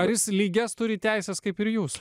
ar jūs lygias turi teises kaip ir jūs